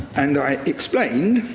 and i explained